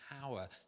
power